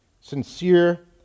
Sincere